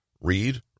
read